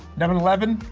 number eleven,